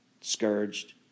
scourged